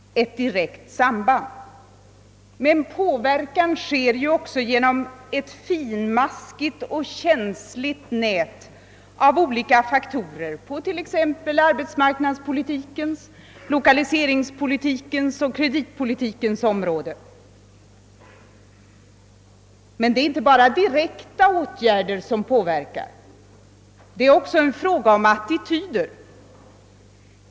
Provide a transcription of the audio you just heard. ett direkt samband. "Påverkan sker också genom ett finmaskigt och känsligt nät av olika faktorer på t.ex. arbetsmarknadspolitikens, lokaliseringspolitikens och kreditpolitikens områden. Men det är inte bara direkta åtgärder som påverkar; det är också en fråga om attityder.